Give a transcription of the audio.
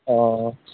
অঁ অঁ